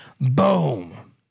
Boom